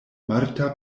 marta